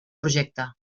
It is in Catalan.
trajecte